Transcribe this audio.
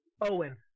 Owen